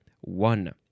One